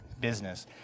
business